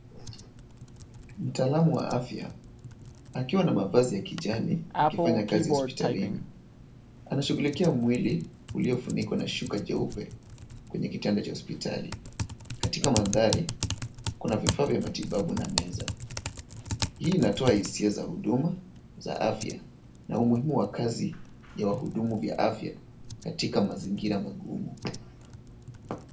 Mtaalamu wa afya, akiwa na mavazi ya kijani, akifanya kazi hospitalini, anashughulikia mwili uliofunikwa na shuka jeupe. kwenye kitanda cha hospitali, katika mandhari, kuna vifaa vya matibabu na meza, hii inatoa hisia za huduma, za afya, na umuhimu wa kazi ya hudumu vya afya katika mazingira magumu.